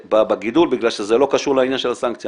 בגידול בגלל שזה לא קשור לעניין של הסנקציה.